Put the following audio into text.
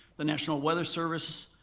the national weather service,